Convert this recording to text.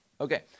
Okay